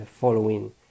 following